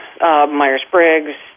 Myers-Briggs